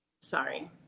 sorry